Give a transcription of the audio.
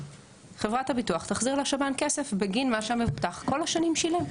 חברת הביטוח תחזיר לשב"ן כסף בגין מה שהמבוטח כל השנים שילם.